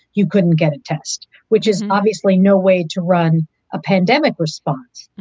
you couldn't get a test, which is obviously no way to run a pandemic response.